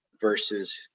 versus